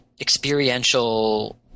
experiential –